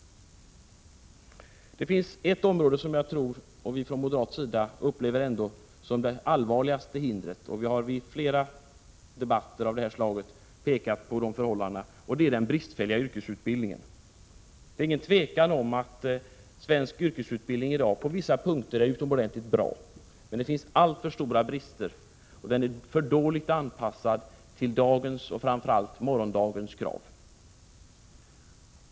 Det finns ett område som vi från moderat sida upplever som det allvarligaste hindret och som vi vid flera debatter har pekat på, nämligen den bristfälliga yrkesutbildningen. Det är inget tvivel om att svensk yrkesutbildning i dag på vissa punkter är utomordentligt bra. Men det finns alltför stora brister. Utbildningen är för dåligt anpassad till dagens och framför allt till morgondagens krav.